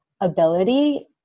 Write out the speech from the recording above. ability